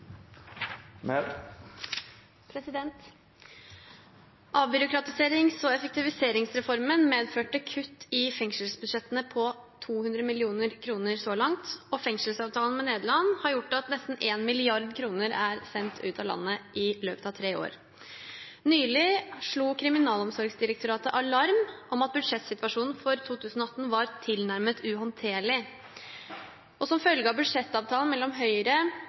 medførte kutt i fengselsbudsjettene på 200 mill. kr, og fengselsavtalen med Nederland har gjort at nesten 1 mrd. kr er sendt ut av landet i løpet av tre år. Nylig slo Kriminalomsorgsdirektoratet alarm om at budsjettsituasjonen for 2018 var «tilnærmet uhåndterlig». Som følge av budsjettavtalen mellom Høyre,